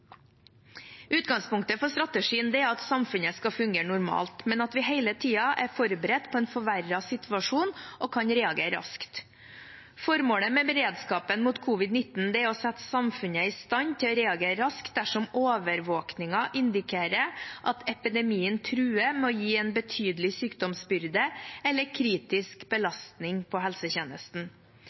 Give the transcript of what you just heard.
Utgangspunktet for strategien er at samfunnet skal fungere normalt, men at vi hele tiden er forberedt på en forverret situasjon og kan reagere raskt. Formålet med beredskapen mot covid-19 er å sette samfunnet i stand til å reagere raskt dersom overvåkningen indikerer at epidemien truer med å gi en betydelig sykdomsbyrde, eller kritisk belastning på helsetjenesten.